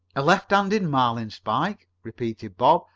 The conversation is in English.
a left-handed marlinspike? repeated bob.